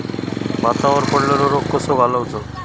भातावर पडलेलो रोग कसो घालवायचो?